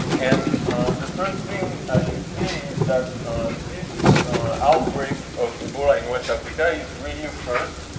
and the first thing i should say is that this outbreak of ebola in west africa is really a first,